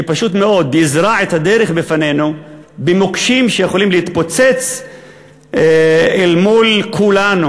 שפשוט מאוד יזרע את הדרך בפנינו במוקשים שיכולים להתפוצץ אל מול כולנו,